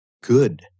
good